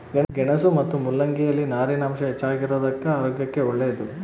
ಗೆಣಸು ಮತ್ತು ಮುಲ್ಲಂಗಿ ಯಲ್ಲಿ ನಾರಿನಾಂಶ ಹೆಚ್ಚಿಗಿರೋದುಕ್ಕ ಆರೋಗ್ಯಕ್ಕೆ ಒಳ್ಳೇದು